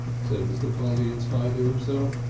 said mr. polly in spite of himself,